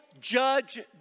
judge